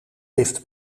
lift